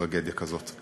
וטרגדיה כזאת.